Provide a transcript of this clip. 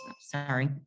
Sorry